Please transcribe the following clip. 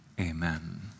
Amen